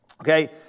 Okay